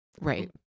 Right